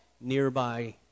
nearby